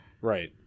Right